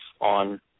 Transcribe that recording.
on